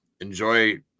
Enjoy